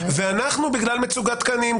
ואנחנו בגלל מצוקת תקנים,